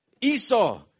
Esau